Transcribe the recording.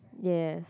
yes